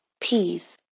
peace